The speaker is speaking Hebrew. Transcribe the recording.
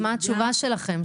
מה התשובה שלכם?